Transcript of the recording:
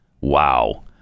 Wow